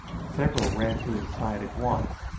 several ran to his side at once,